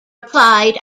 applied